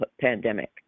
pandemic